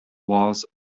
walls